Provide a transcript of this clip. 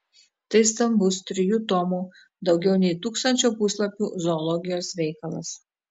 tai stambus trijų tomų daugiau nei tūkstančio puslapių zoologijos veikalas